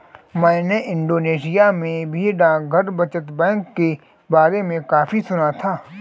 मैंने इंडोनेशिया में भी डाकघर बचत बैंक के बारे में काफी सुना था